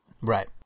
Right